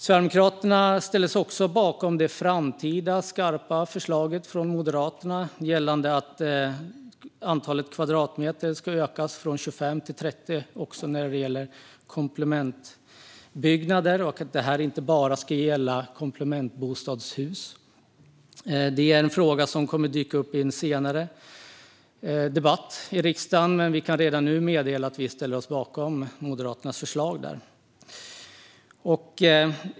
Sverigedemokraterna ställer sig också bakom det framtida skarpa förslaget från Moderaterna gällande att antalet kvadratmeter ska ökas från 25 till 30 också när det gäller komplementbyggnader och inte bara komplementbostadshus. Det är en fråga som kommer att dyka upp i en senare debatt i riksdagen, men vi kan redan nu meddela att vi ställer oss bakom Moderaternas förslag.